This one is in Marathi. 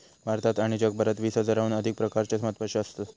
भारतात आणि जगभरात वीस हजाराहून अधिक प्रकारच्यो मधमाश्यो असत